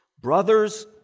Brothers